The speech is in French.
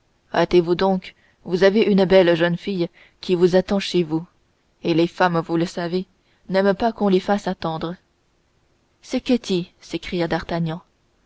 hâtez-vous donc vous avez une belle jeune fille qui vous attend chez vous et les femmes vous le savez n'aiment pas qu'on les fasse attendre c'est ketty s'écria d'artagnan